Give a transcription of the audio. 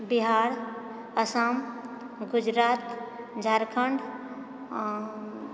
Bihar Assam Gujarat Jharkhand